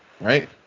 right